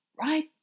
right